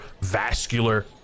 vascular